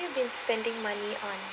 you've been spending money on